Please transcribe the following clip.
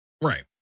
Right